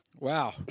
Wow